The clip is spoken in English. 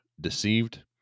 deceived